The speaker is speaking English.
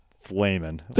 flaming